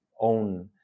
own